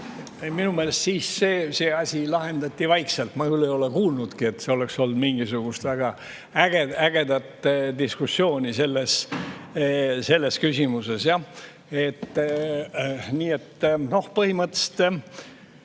minu meelest siis see asi lahendati vaikselt. Ma küll ei ole kuulnudki, et oleks olnud mingisugust väga ägedat diskussiooni selles küsimuses. Nii et põhimõtteliselt: